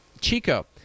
Chico